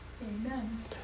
Amen